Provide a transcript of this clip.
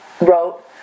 wrote